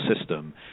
system